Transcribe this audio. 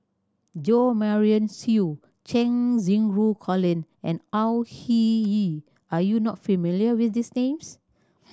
Jo Marion Seow Cheng Xinru Colin and Au Hing Yee are you not familiar with these names